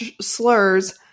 slurs –